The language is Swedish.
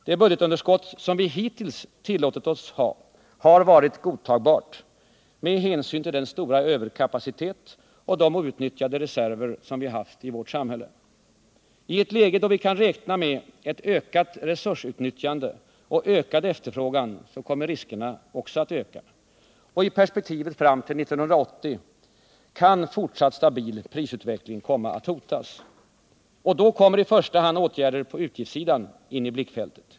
Det budgetunderskott som vi hittills tillåtit oss att ha har varit godtagbart med hänsyn till den stora överkapacitet och de outnyttjade reserver vi haft i vårt samhälle. I ett läge då vi kan räkna med ett ökat resursutnyttjande och ökad efterfrågan kommer riskerna också att öka. Och i perspektivet fram till 1980 kan en fortsatt stabil prisutveckling komma att hotas. Då kommer i första hand åtgärder på utgiftssidan in i blickfältet.